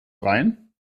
rhein